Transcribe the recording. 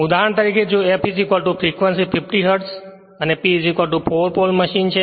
ઉદાહરણ તરીકે જો f ફ્રેક્વંસી 50 હર્ટ્ઝ અને P 4 પોલ મશીન છે